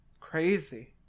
Crazy